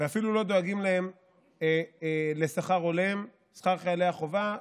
ואפילו לא דואגים להם לשכר הולם, שכר חיילי החובה.